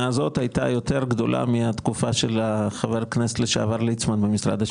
הזאת הייתה יותר גדולה מהתקופה של חבר הכנסת לשעבר ליצמן במשרד השיכון.